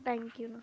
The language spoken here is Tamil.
தேங்க் யூண்ணா